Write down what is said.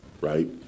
right